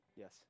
yes